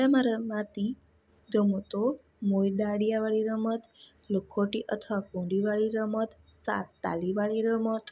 ગામડાંમાં રમાતી રમતો મોય દાંડિયાવાળી રમત લખોટી અથવા કુંડીવાળી રમત સાત તાળીવાળી રમત